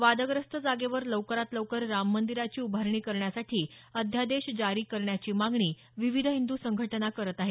वादग्रस्त जागेवर लवकरात लवकर राम मंदिराची उभारणी करण्यासाठी अध्यादेश जारी करण्याची मागणी विविध हिंद् संघटना करत आहेत